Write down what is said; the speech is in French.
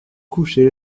coucher